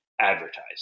advertising